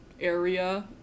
area